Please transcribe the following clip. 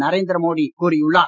நரேந்திர மோடி கூறியுள்ளார்